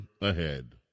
ahead